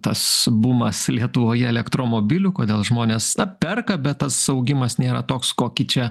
tas bumas lietuvoje elektromobilių kodėl žmonės perka bet tas augimas nėra toks kokį čia